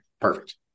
perfect